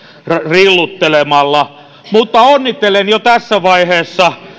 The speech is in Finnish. rilluttelemalla mutta onnittelen jo tässä vaiheessa